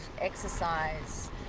exercise